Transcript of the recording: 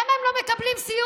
למה הם לא מקבלים סיוע?